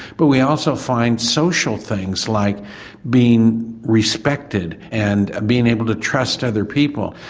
but we also find social things like being respected and being able to trust other people.